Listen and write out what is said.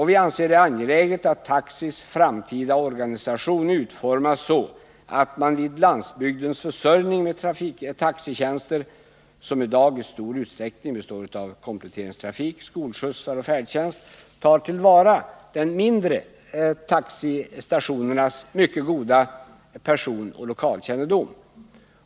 Vi anser det angeläget att taxis framtida organisation utformas så att man vid landsbygdens försörjning med taxitjänster, som i dag i stor utsträckning består av kompletteringstrafik, skolskjutsar och färdtjänst, tar till vara de mindre taxistationernas mycket goda personoch lokalkännedom.